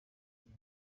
turi